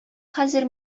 хәзер